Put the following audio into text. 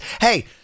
hey